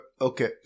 Okay